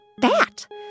Bat